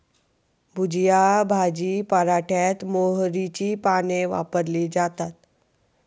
भुजिया भाजी पराठ्यात मोहरीची पाने वापरली जातात